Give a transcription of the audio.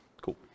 Cool